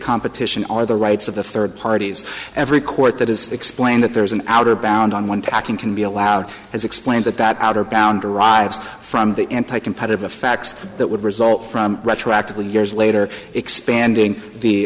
competition or the rights of the third parties every court that is explained that there is an outer bound on one tacking can be allowed as explained that that outer boundary rives from the anti competitive effects that would result from retroactively years later